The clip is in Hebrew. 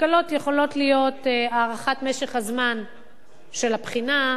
הקלות יכולות להיות הארכת משך הזמן של הבחינה,